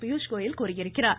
பியூஷ் கோயல் கூறியிருக்கிறார்